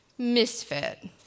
Misfit